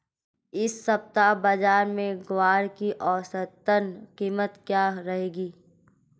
इस सप्ताह बाज़ार में ग्वार की औसतन कीमत क्या रहेगी?